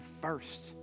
first